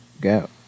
go